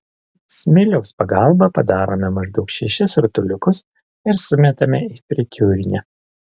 smiliaus pagalba padarome maždaug šešis rutuliukus ir sumetame į fritiūrinę